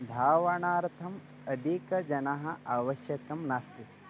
धावनार्थम् अधिकजनाः आवश्यकं नास्ति